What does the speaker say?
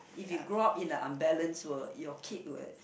if you grow up in a unbalance world your kid will